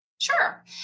Sure